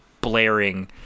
blaring